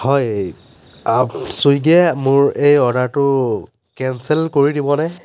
হয় ছুইগিয়ে মোৰ এই অৰ্ডাৰটো কেঞ্চেল কৰি দিবনে